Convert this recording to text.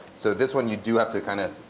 so this one you do have to kind of